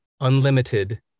unlimited